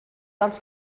els